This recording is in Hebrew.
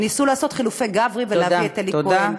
ניסו לעשות חילופי גברי ולהביא את אלי כהן.